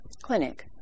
clinic